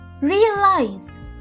realize